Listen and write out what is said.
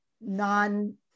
non